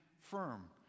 firm